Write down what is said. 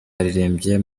baririmbye